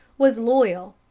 was loyal,